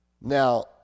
Now